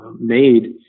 Made